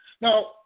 Now